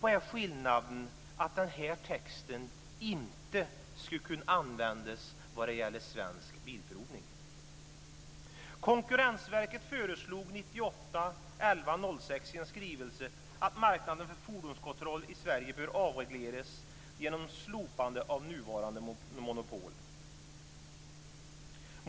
Vad är skillnaden som gör att den här texten inte skulle kunna användas vad gäller Konkurrensverket föreslog den 6 november 1998 i en skrivelse att marknaden för fordonskontroll i Sverige bör avregleras genom slopande av nuvarande monopol.